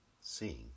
Seeing